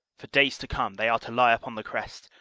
for days to come they are to lie upon the crest,